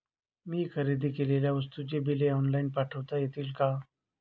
मी खरेदी केलेल्या वस्तूंची बिले ऑनलाइन पाठवता येतील का?